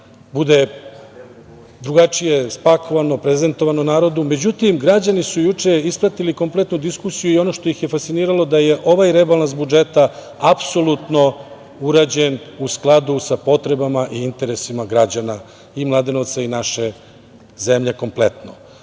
bude drugačije spakovano, prezentovano narodu.Međutim, građani su juče ispratili kompletnu diskusiju i ono što ih je fasciniralo da je ovaj rebalans budžeta apsolutno urađen u skladu sa potrebama i interesima građana i Mladenovca i naše zemlje kompletno. Ono